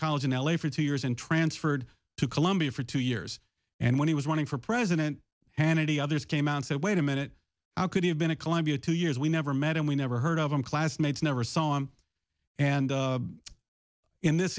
college in l a for two years and transferred to colombia for two years and when he was running for president hannity others came out and said wait a minute how could he have been a colombia two years we never met him we never heard of him classmates never saw him and in this